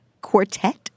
Quartet